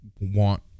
Want